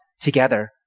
together